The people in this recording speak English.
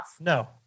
No